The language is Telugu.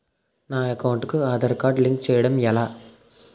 నా అకౌంట్ కు ఆధార్ కార్డ్ లింక్ చేయడం ఎలా?